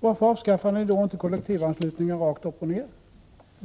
varför avskaffar ni då inte kollektivanslutningen rakt upp och ner?